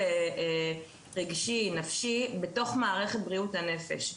רגשי נפשי בתוך מערכת בריאות הנפש.